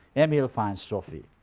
emile finds sophie.